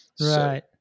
Right